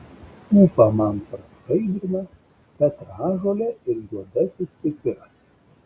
ūpą man praskaidrina petražolė ir juodasis pipiras